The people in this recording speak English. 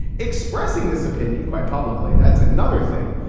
expressing this opinion quite publicly. that's another thing.